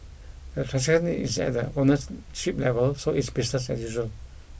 the transaction is at the ownership level so it's business as usual